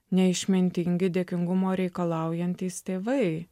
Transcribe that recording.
neišmintingi dėkingumo reikalaujantys tėvai